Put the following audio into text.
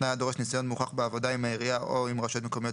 או תנאי הדורש ניסיון מוכח בעבודה עם העירייה או עם רשויות מקומיות